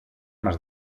μας